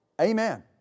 Amen